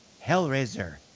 Hellraiser